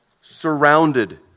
surrounded